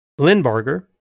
Lindbarger